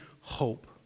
hope